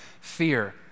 fear